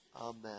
Amen